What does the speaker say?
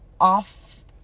off